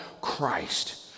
christ